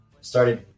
started